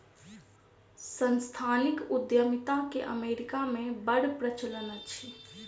सांस्थानिक उद्यमिता के अमेरिका मे बड़ प्रचलन अछि